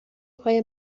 پای